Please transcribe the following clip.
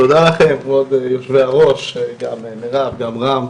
תודה לכם, כבוד יושבי-הראש, גם מירב וגם רם.